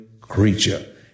creature